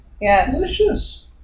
Yes